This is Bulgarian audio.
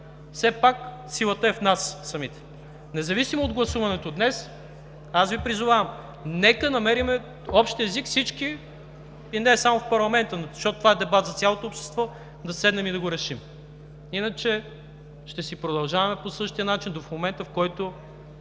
Все пак силата е в нас самите. Независимо от гласуването днес, аз Ви призовавам – нека намерим общ език всички, и не само в парламента, защото това е дебат за цялото общество, да седнем и да го решим. Иначе ще си продължаваме по същия начин до момента, в който